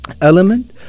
element